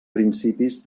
principis